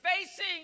facing